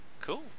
cool